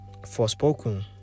Forspoken